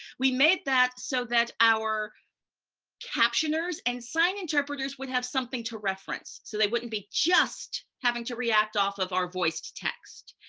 we made that so that our captioners and sign interpreters would have something to reference. so they wouldn't be just having to react off of our voice to text.